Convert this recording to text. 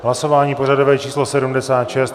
Hlasování pořadové číslo 76.